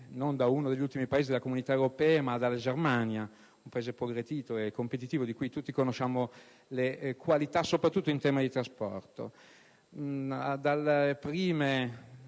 da uno degli ultimi Paesi della Comunità europea, ma dalla Germania, Paese progredito e competitivo di cui tutti conosciamo le qualità, soprattutto in tema di trasporto. Dalle prime